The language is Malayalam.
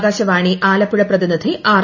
ആകാശവാണി ആലപ്പുഴ പ്രതിനിധി ആർ